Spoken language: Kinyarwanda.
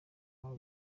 aho